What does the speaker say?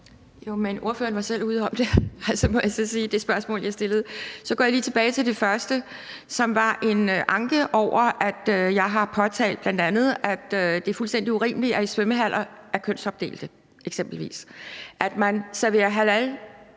jeg stillede, må jeg så sige. Så går jeg lige tilbage til det første, som var en anke over, at jeg bl.a. har påtalt, at det er fuldstændig urimeligt, at svømmehaller er kønsopdelte, at man serverer halalkød